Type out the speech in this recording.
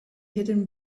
hidden